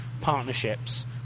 partnerships